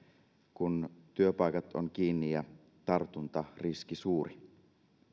kun työpaikat ovat kiinni ja tartuntariski suuri